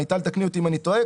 מיטל, תקני אותי אם אני טועה.